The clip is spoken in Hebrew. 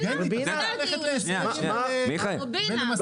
היא מה החסמים שיש לכניסת חברות חדשות.